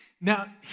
Now